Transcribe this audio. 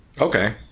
Okay